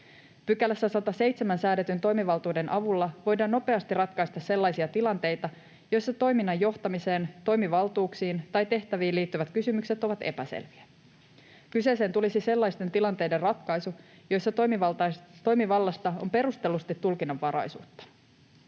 107 §:ssä säädetyn toimivaltuuden avulla voidaan nopeasti ratkaista sellaisia tilanteita, joissa toiminnan johtamiseen, toimivaltuuksiin tai tehtäviin liittyvät kysymykset ovat epäselviä. Kyseeseen tulisi sellaisten tilanteiden ratkaisu, joissa toimivallasta on perustellusti tulkinnanvaraisuutta.